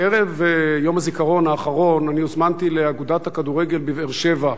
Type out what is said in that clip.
בערב יום הזיכרון האחרון הוזמנתי לאגודת הכדורגל בבאר-שבע,